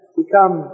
become